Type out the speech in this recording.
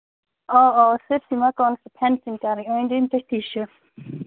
آ آ سٲرسٕے مَکانَس چھِ فینسِنٛگ کَرٕنۍ أنٛدۍ أنٛدۍ تہِ چھِ